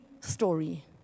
story